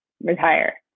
retire